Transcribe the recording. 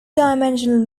dimensional